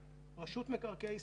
רשות מקרקעי ישראל.